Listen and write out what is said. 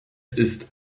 ist